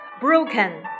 broken